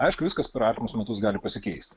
aišku viskas artimus metus gali pasikeist